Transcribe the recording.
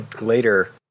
later